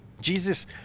Jesus